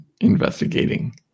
investigating